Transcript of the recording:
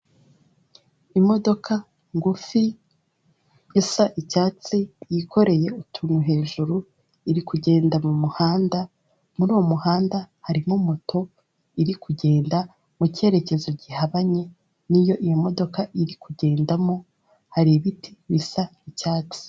Imodoka ngufi isa icyatsi yikoreye utuntu hejuru, iri kugenda m'umuhanda, muri uwo muhanda harimo moto iri kugenda mu cyerekezo gihabanye niyo iyo modoka iri kugendamo. Hari ibiti bisa icyatsi.